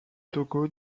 togo